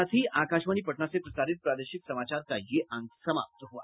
इसके साथ ही आकाशवाणी पटना से प्रसारित प्रादेशिक समाचार का ये अंक समाप्त हुआ